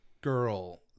girl